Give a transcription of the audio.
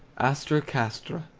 astra castra.